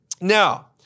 Now